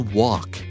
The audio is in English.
walk